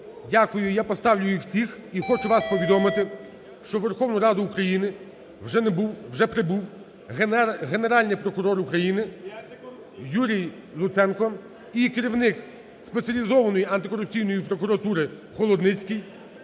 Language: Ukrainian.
Дякую, я поставлю їх всі. І хочу вас повідомити, що у Верховну Раду України вже прибув Генеральний прокурор України Юрій Луценко і керівник Спеціалізованої антикорупційної прокуратури Холодницький.